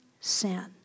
sin